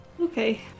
Okay